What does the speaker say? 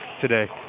today